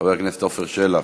חבר הכנסת עפר שלח,